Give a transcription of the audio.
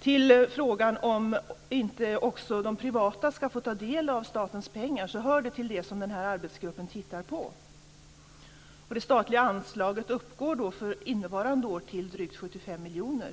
till frågan om inte också de privata ska få ta del av statens pengar. Detta hör till det som arbetsgruppen tittar på. Det statliga anslaget för innevarande år uppgår till drygt 75 miljoner.